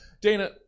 Dana